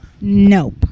Nope